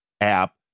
app